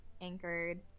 anchored